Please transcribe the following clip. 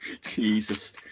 Jesus